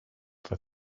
for